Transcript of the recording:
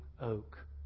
oak